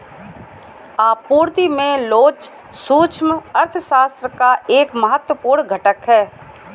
आपूर्ति में लोच सूक्ष्म अर्थशास्त्र का एक महत्वपूर्ण घटक है